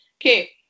Okay